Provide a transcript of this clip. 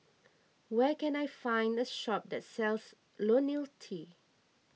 where can I find a shop that sells Ionil T